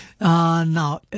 Now